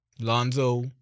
Lonzo